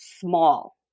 small